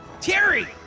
Terry